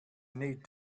need